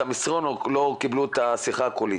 המסרון או לא קיבלו את השיחה הקולית?